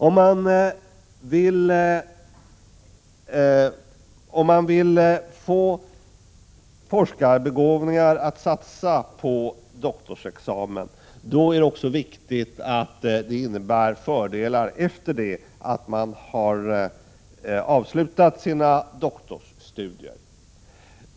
Om man vill få forskarbegåvningar att satsa på doktorsexamen är det också viktigt att det innebär fördelar efter det att doktorsstudierna har avslutats.